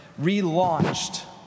relaunched